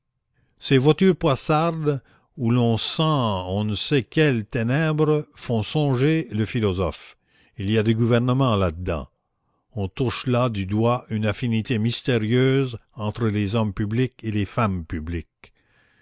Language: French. ces voitures poissardes où l'on sent on ne sait quelles ténèbres font songer le philosophe il y a du gouvernement là-dedans on touche là du doigt une affinité mystérieuse entre les hommes publics et les femmes publiques